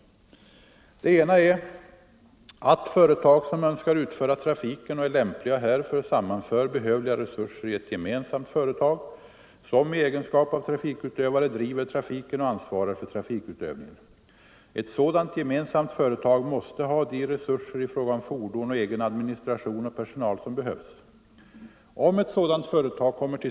Det ena är att företag som önskar utföra trafiken och är lämpliga härför sam Nr 122 manför:behövliga resurser i ett gemensamt företag; Som i egenskap av Torsdagen den trafikutövare driver trafiken och ansvarar för trafikutövningen. Ett sådant 14 november 1974 gemensamt företag måste ha de resurser i fråga om fordon och egen = administration och personal som behövs. Om ett sådant företag kommer = Ang.